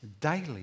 Daily